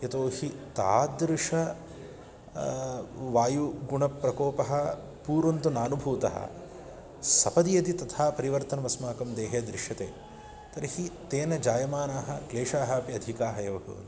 यतोहि तादृशः वायुगुणप्रकोपः पूर्वं तु नानुभूतः सपदि यदि तथा परिवर्तनमस्माकं देहे दृश्यते तर्हि तेन जायमानाः क्लेशाः अपि अधिकाः एव भवन्ति